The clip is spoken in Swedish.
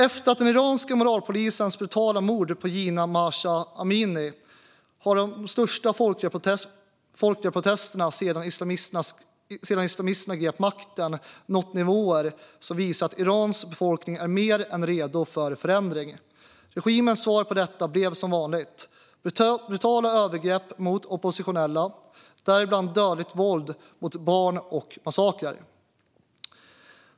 Efter den iranska moralpolisens brutala mord på Jina Mahsa Amini har de största folkliga protesterna sedan islamisterna grep makten nått nivåer som visar att Irans befolkning är mer än redo för förändring. Regimens svar på detta blev som vanligt brutala övergrepp mot oppositionella, däribland dödligt våld mot barn och massakrer.